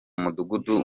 mudugudu